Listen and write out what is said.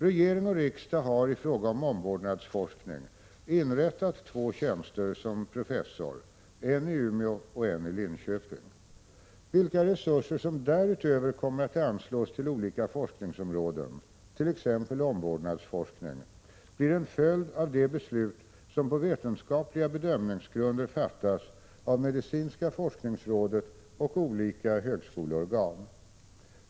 Regering och riksdag har i fråga om omvårdnadsforskning inrättat två tjänster som professor, en i Umeå och en i Linköping. Vilka resurser som därutöver kommer att anslås till olika forskningsområden — t.ex. omvårdnadsforskning — blir en följd av de beslut som på vetenskapliga bedömningsgrunder fattas av medicinska forskningsrådet och olika högskoleorgan.